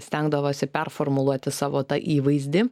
stengdavosi performuluoti savo tą įvaizdį